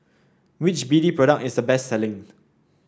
which B D product is the best selling